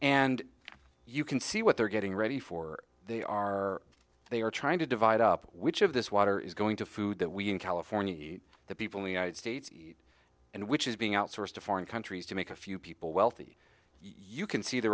and you can see what they're getting ready for they are they are trying to divide up which of this water is going to food that we in california the people in the united states and which is being outsourced to foreign countries to make a few people wealthy you can see the